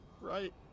Right